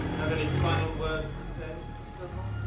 have any final words to say, sir boss?